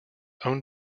own